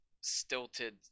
stilted